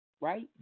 Right